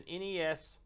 NES